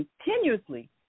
continuously